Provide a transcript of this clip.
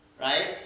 right